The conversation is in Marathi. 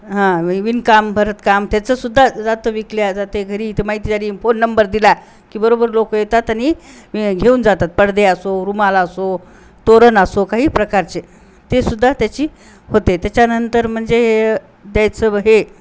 हां विणम भरतकाम त्याचंसुद्धा जातं विकले जाते घरी इथे माहिती जरी फोन नंबर दिला की बरोबर लोक येतात आणि घेऊन जातात पडदे असो रुमाल असो तोरण असो काही प्रकारचे ते सुद्धा त्याची होते त्याच्यानंतर म्हणजे द्यायचं हे